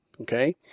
okay